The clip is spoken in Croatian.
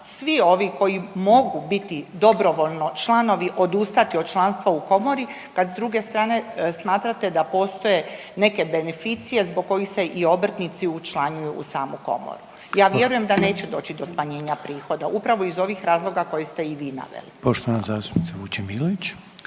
svi ovi koji mogu biti dobrovoljno članovi odustati od članstva u Komori kad s druge strane smatrate da postoje neke beneficije zbog kojih se i obrtnici učlanjuju u samu Komoru. Ja vjerujem da neće doći do smanjenja prihoda upravo iz ovih razloga koje ste i vi naveli. **Reiner, Željko